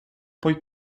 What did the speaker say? poi